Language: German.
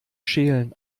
schälen